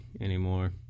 anymore